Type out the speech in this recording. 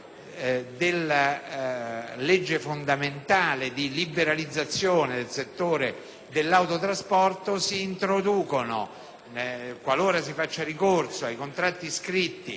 della legge fondamentale di liberalizzazione del settore dell'autotrasporto, si introducono, qualora si faccia ricorso a contratti scritti